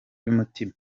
y’umutima